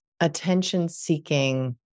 attention-seeking